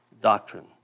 doctrine